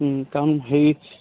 কাৰণ হেৰি